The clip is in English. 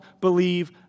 believe